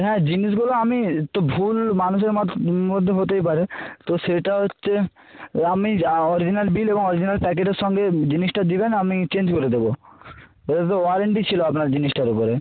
হ্যাঁ জিনিসগুলো আমি তো ভুল মানুষের মধ্যে হতেই পারে তো সেটা হচ্ছে আমি অরিজিনাল বিল এবং অরিজিনাল প্যাকেটের সঙ্গে জিনিসটা দেবেন আমি চেঞ্জ করে দেবো তো ওয়ারেন্টি ছিল আপনার জিনিসটার ওপরে